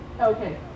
okay